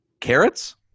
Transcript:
carrots